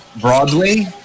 Broadway